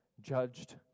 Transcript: judged